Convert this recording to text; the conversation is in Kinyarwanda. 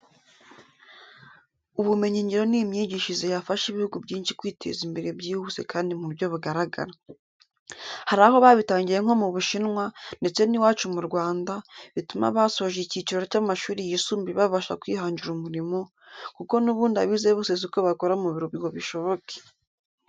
Ubumenyingiro ni imyigishirize yafasha ibihugu byinshi kwiteza imbere byihuse kandi mu buryo bugaragara. Hari aho babitangiye nko mu Bushinwa ndetse n'iwacu mu Rwanda, bituma abasoje icyiciro cy'amashuri yisumbuye babasha kwihangira umurimo, kuko n'ubundi abize bose si ko bakora mu biro ngo bishoboke.